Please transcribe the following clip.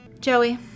Joey